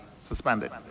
suspended